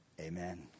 amen